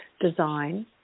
design